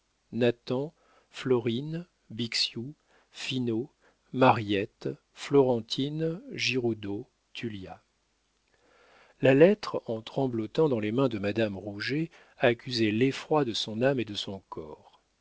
nathan florine bixiou finot mariette florentine giroudeau tullia la lettre en tremblotant dans les mains de madame rouget accusait l'effroi de son âme et de son corps